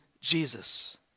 Jesus